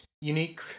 unique